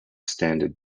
standard